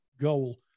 goal